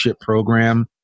program